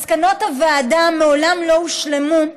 מסקנות הוועדה מעולם לא הושלמו,